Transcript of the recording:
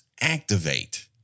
activate